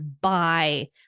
buy